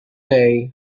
day